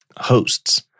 hosts